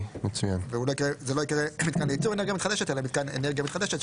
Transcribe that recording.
זה לא ייקרא מתקן לייצור אנרגיה מתחדשת אלא מתקן אנרגיה מתחדשת,